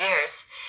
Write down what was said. years